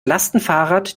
lastenfahrrad